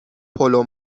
پلو